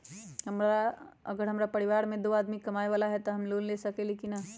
अगर हमरा परिवार में दो आदमी कमाये वाला है त हम लोन ले सकेली की न?